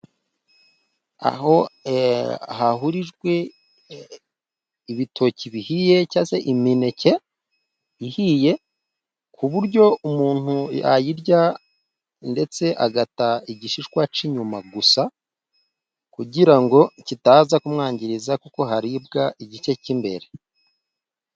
Aho hahurijwe ibitoki bihiye, cyangwa imineke ihiye, ku buryo umuntu yayirya, ndetse agata igishishwa cy'inyuma gusa, kugira ngo kitaza kumwangiriza, kuko haribwa igice cy'imbere.